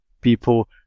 people